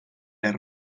del